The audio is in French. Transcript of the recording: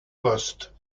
poste